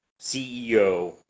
CEO